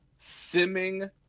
Simming